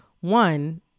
one